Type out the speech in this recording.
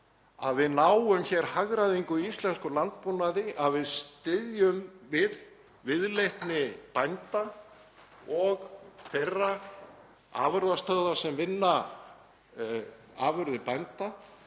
að við náum hagræðingu í íslenskum landbúnaði, að við styðjum við viðleitni bænda og þeirra afurðastöðva sem vinna afurðir bænda,